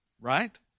right